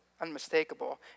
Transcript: unmistakable